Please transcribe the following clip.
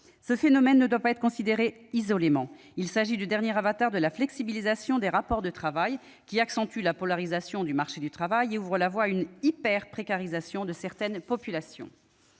Ce phénomène ne doit pas être considéré isolément. Il s'agit du dernier avatar de la flexibilisation des rapports de travail, qui accentue la polarisation du marché du travail et ouvre la voie à une « hyper-précarisation » de certaines populations.